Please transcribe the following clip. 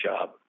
job